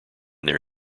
their